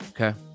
Okay